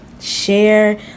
share